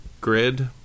grid